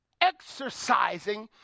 exercising